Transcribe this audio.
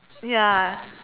ya